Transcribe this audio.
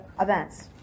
events